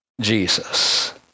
Jesus